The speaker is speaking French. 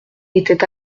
était